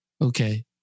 Okay